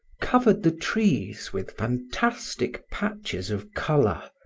covered the trees with fantastic patches of color,